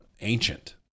ancient